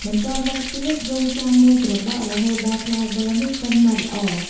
បន្ទាប់មកទៀត រង់ចាំមួយស្របក់ រហូតដល់ផ្លែប័រនោះកិនម៉ដ្ឋល្អ។